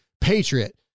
Patriot